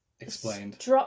Explained